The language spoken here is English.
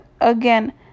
Again